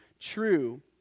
true